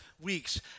weeks